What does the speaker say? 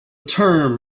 term